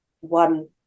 one